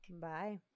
bye